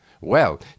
Well